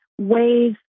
ways